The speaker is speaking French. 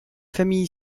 famille